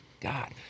God